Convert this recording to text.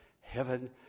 heaven